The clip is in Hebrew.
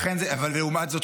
ולעומת זאת,